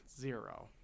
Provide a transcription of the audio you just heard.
Zero